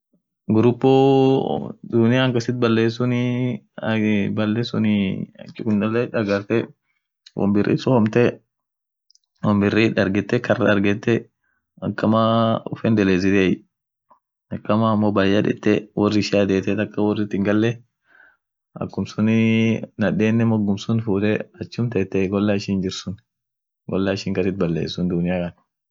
Morocon ada biria kabd ada ishia tokoo ishin won birinii mambo diniat, mambo dini isilamuat amineni arabunen lila ada ishia fan doti aminen ada dunganen fanum jirt iyo ta aftican nen fanum jirtie amo mambo biri ishianii mambo vanda lucy culture sune lila fan jirt iyo medicterianenian